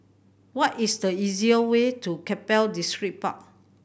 what is the easy way to Keppel Distripark